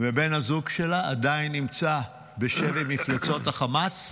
ובן הזוג שלה עדיין נמצא בשבי מפלצות החמאס.